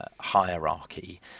hierarchy